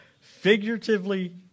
figuratively